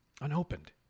Unopened